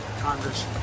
Congress